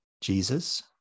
Jesus